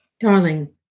darling